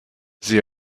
sie